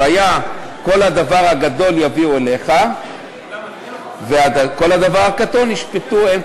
והיה כל הדבר הגדֹל יביאו אליך וכל הדבר הקטֹן ישפטו הם".